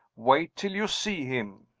wait till you see him.